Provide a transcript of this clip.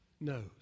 knows